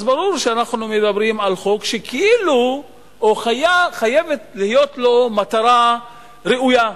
אז ברור שאנחנו מדברים על חוק שכאילו חייבת להיות לו מטרה ראויה.